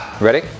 Ready